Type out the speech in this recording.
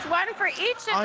one for each